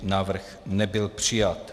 Návrh nebyl přijat.